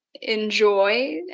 enjoy